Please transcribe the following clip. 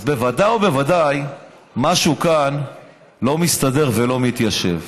אז בוודאי ובוודאי משהו כאן לא מסתדר ולא מתיישב.